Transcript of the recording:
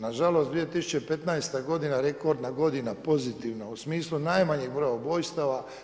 Nažalost, 2015. godina – rekordna godina pozitivna u smislu najmanjeg broja ubojstava.